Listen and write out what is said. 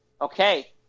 okay